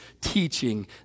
teaching